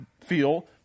feel